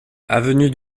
avenue